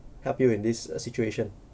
help you in this uh situation